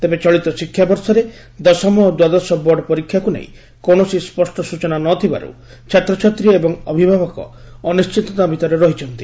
ତେବେ ଚଳିତ ଶିକ୍ଷାବର୍ଷରେ ଦଶମ ଓ ଦ୍ୱାଦଶ ବୋର୍ଡ ପରୀକ୍ଷାକୁ ନେଇ କୌଣସି ସ୍ୱଷ୍ୟ ସୂଚନା ନଥିବାରୁ ଛାତ୍ରଛାତ୍ରୀ ଏବଂ ଅଭିଭାବକ ଅନିଛିତତା ଭିତରେ ରହିଛନ୍ତି